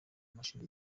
mashuri